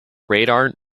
radar